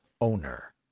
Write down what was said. owner